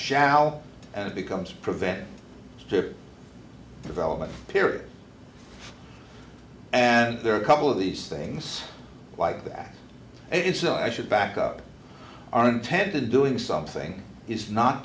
shallow and it becomes prevent strip development period and there are a couple of these things like that and it's i should back up our intended doing something is not